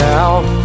out